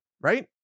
right